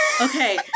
Okay